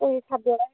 ପଇସା ଦ୍ୱାରା